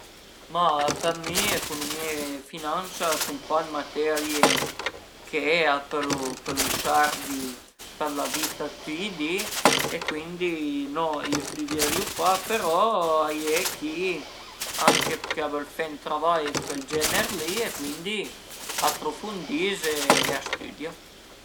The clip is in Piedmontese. Ma për mi ecunumìa e finansa a sun pa dë materie che a pölu a pölu servi për la vita dë tüti i di e cuindi no le stüdierìu pa, però a ie chi anche ch'a völ fe ën travai dë chel gener li e cuindi aprufundis e a stüdia